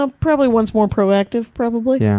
ah probably one's more proactive, probably. yeah